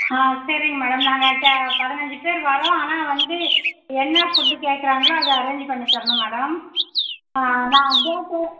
ஆ சரிங்க மேடம் நாங்கள் பதினைஞ்சு பேர் வரோம் ஆனால் வந்து என்ன ஃபுட்டு கேட்குறாங்களோ அதை அரேஞ்சு பண்ணி தரணும் மேடம் ஆ அதுதான் டேட்டு